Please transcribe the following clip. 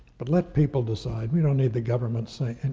but let people decide. we don't need the government's say. and